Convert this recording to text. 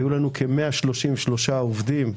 היו לנו כ-133 עובדים,